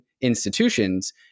institutions